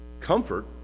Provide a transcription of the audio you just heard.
comfort